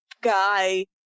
guy